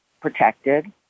protected